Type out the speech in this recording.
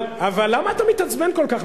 אבל למה אתה מתעצבן כל כך?